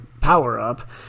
power-up